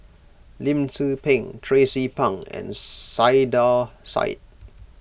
Lim Tze Peng Tracie Pang and Saiedah Said